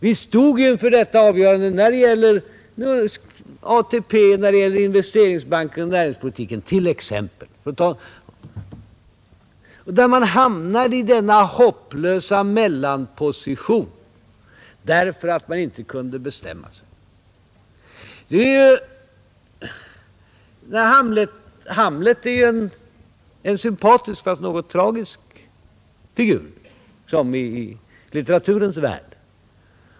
Vi stod inför detta avgörande när det gällde ATP, när det gällde Investeringsbanken och näringspolitiken, t.ex., där man hamnade i denna hopplösa mellanposition därför att man inte kunde bestämma sig. Hamlet är en sympatisk fast något tragisk figur i litteraturens värld.